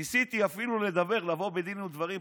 ניסיתי אפילו לדבר, לבוא בדין ודברים.